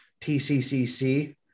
TCCC